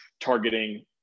targeting